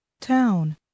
Town